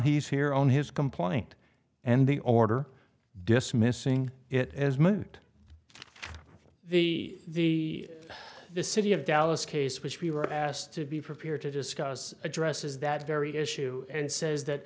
he's here on his complaint and the order dismissing it as moment the city of dallas case which we were asked to be prepared to discuss addresses that very issue and says that